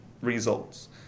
results